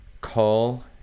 call